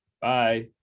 Bye